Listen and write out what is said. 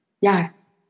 Yes